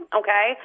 okay